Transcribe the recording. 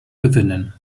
gewinnen